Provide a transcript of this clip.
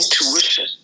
intuition